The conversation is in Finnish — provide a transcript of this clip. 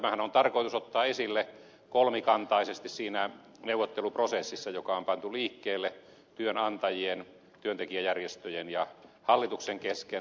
tämähän on tarkoitus ottaa esille kolmikantaisesti siinä neuvotteluprosessissa joka on pantu liikkeelle työnantajien työntekijäjärjestöjen ja hallituksen kesken